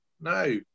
no